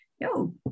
yo